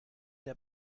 der